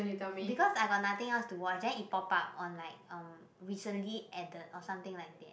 because I got nothing else to watch then it pop up on like um recently and the or something like that